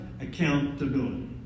accountability